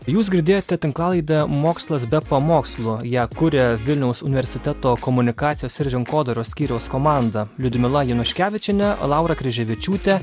jūs girdėjote tinklalaidę mokslas be pamokslų ją kuria vilniaus universiteto komunikacijos ir rinkodaros skyriaus komanda liudmila januškevičienė laura kryževičiūtė